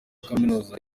kaminuza